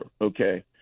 okay